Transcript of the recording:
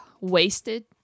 wasted